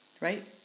right